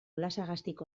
olasagastik